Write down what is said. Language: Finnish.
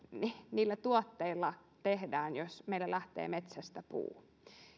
niillä tuotteilla tehdään jos lähtee metsästä puu